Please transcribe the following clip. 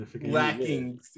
lacking